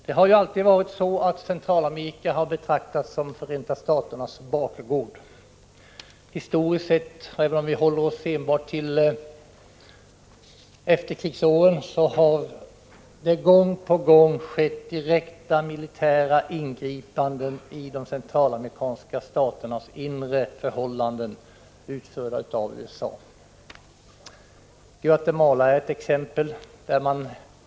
Centralamerika har ju alltid betraktats som Förenta Staternas bakgård. Historiskt sett — och även om vi håller oss till efterkrigsåren — har USA gång på gång gjort direkta militära ingripanden i de centralamerikanska staternas inre förhållanden. Guatemala är ett exempel.